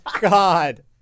god